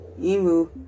Imu